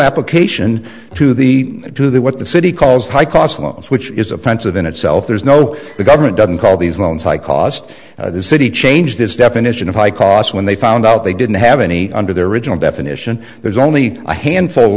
application to the to the what the city calls high cost loans which is offensive in itself there's no the government doesn't call these loans high cost the city changed its definition of high cost when they found out they didn't have any under their original definition there's only a handful